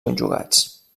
conjugats